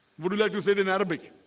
would you like to say it in arabic